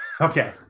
Okay